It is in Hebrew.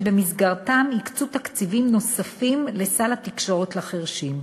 ובמסגרתם הקצו תקציבים נוספים לסל התקשורת לחירשים.